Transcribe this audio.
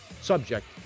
subject